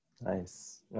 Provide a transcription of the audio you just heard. Nice